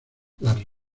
las